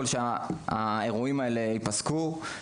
לדאוג לכך שהאירועים האלימים האלה ייפסקו.